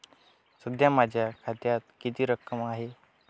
सध्या माझ्या खात्यात किती रक्कम आहे?